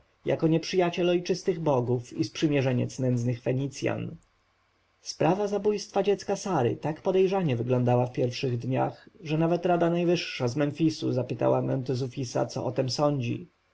jako nieprzyjaciel ojczystych bogów i sprzymierzeniec nędznych fenicjan sprawa zabójstwa dziecka sary tak podejrzanie wyglądała w pierwszych dniach że nawet rada najwyższa z memfisu zapytała mentezufisa co o tem sądzi